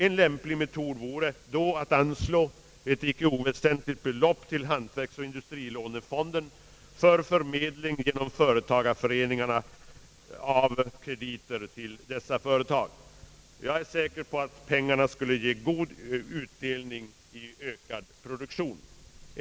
En lämplig metod vore då att anslå ett icke oväsentligt belopp till hantverksoch industrilånefonden för förmedling genom <företagarföreningarna av krediter till dessa företag. Jag är säker på att pengarna skulle ge god utdelning i form av ökad produktion.